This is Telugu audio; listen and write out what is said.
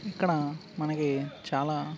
ఇక్కడ మనకి చాలా